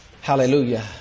hallelujah